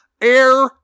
air